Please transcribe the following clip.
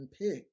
pigs